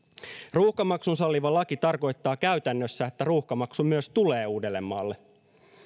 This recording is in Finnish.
ruuhkamaksun salliva laki tarkoittaa käytännössä että ruuhkamaksu myös tulee uudellemaalle